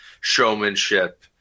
showmanship